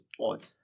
odd